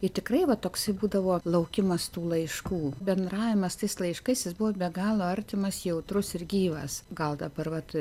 ir tikrai va toksai būdavo laukimas tų laiškų bendravimas tais laiškais jis buvo be galo artimas jautrus ir gyvas gal dabar vat